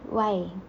why